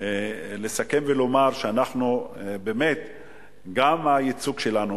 לסכם ולומר שגם הייצוג שלנו,